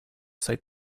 cite